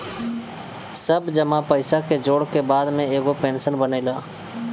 सब जमा पईसा के जोड़ के बाद में एगो पेंशन बनेला